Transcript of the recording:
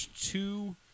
two